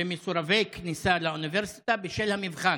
מסורבי כניסה לאוניברסיטה בשל המבחן,